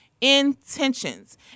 intentions